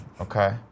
okay